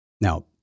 Now